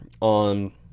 on